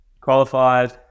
Qualified